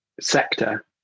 sector